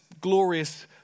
glorious